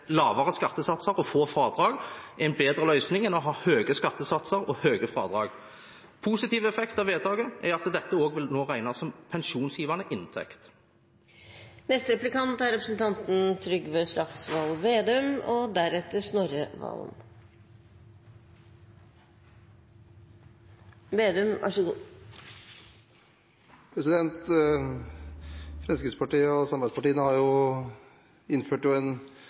lavere skattesatser og få fradrag, det er en bedre løsning enn å ha høye skattesatser og store fradrag. En positiv effekt av vedtaket er at dette nå også vil regnes som pensjonsgivende inntekt. Fremskrittspartiet og samarbeidspartiene innførte en ny skikk i fjor – man innførte en avgift i desember og avskaffet den før den fikk effekt. Det var jo